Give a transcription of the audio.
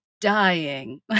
dying